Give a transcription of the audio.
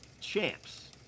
champs